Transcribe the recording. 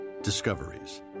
Discoveries